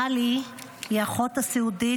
מלי היא אחות סיעודית,